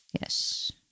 Yes